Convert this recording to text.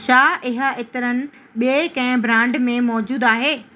छा इहा इतरनि ॿिए कंहिं ब्रांड में मौजूदु आहे